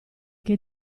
che